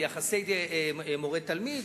ביחסי מורה-תלמיד,